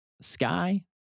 Sky